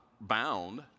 bound